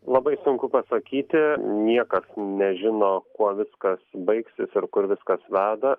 labai sunku pasakyti niekas nežino kuo viskas baigsis ir kur viskas veda